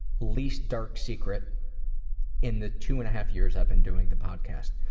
least dark secrets in the two and a half years i've been doing the podcast.